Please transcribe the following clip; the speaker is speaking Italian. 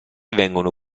vengono